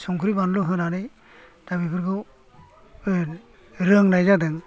संख्रि बानलु होनानै दा बेफोरखौ रोंनाय जादों